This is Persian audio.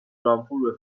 لامپور